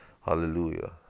Hallelujah